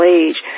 age